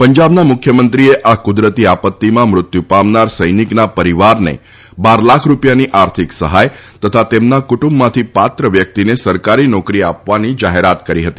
પંજાબના મુખ્યમંત્રીએ આ કુદરતી આપત્તીમાં મૃત્યુ પામનાર સૈનિકના પરિવારને બાર લાખ રૂપિયાની આર્થિક સહાય તથા તેમના કુટુંબમાંથી પાત્ર વ્યક્તિને સરકારી નોકરી આપવાની જાહેરાત કરી છે